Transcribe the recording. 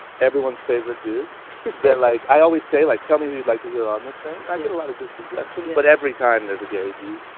everyone's favorite dude that like i always say like tell me who you'd like to hear on this thing, and i get a lot of good suggestions, but every time there's a gary vee